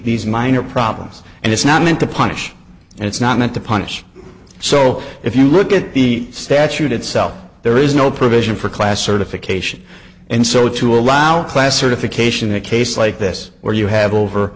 these minor problems and it's not meant to punish and it's not meant to punish so if you look at the statute itself there is no provision for class certification and so to allow class certification in a case like this where you have over